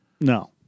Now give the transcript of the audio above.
no